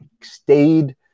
stayed